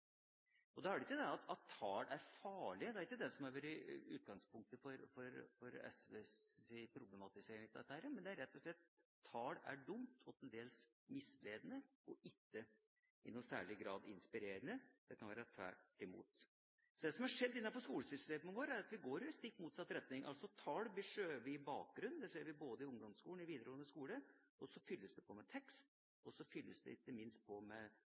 Det er ikke det at tall er farlig – det er ikke det som har vært utgangspunktet for SVs problematisering av dette – men det er rett og slett at det med tall er dumt, til dels misledende og ikke i noen særlig grad inspirerende, snarere tvert imot. Så det som har skjedd innenfor skolesystemet vårt, er at vi går i stikk motsatt retning – tall blir skjøvet i bakgrunnen. Det ser vi både i ungdomsskolen og i videregående skole. Så fylles det på med tekst, og så fylles det ikke minst på med